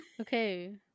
Okay